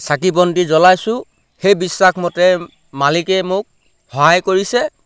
চাকি বন্তি জ্বলাইছোঁ সেই বিশ্বাস মতে মালিকেই মোক সহায় কৰিছে